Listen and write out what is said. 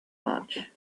much